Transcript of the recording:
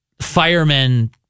firemen